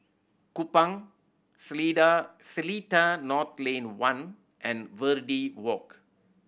Kupang Seletar North Lane One and Verde Walk